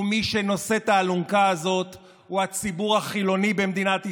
ומי שנושא את האלונקה הזאת הוא הציבור החילוני במדינת ישראל,